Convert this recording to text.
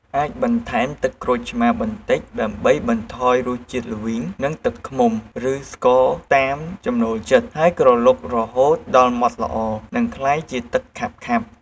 អាចបន្ថែមទឹកក្រូចឆ្មារបន្តិចដើម្បីបន្ថយរសជាតិល្វីង និងទឹកឃ្មុំ ឬស្ករតាមចំណូលចិត្ត ហើយក្រឡុករហូតដល់ម៉ត់ល្អ និងក្លាយជាទឹកខាប់ៗ។